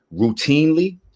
routinely